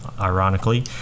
ironically